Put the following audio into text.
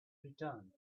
return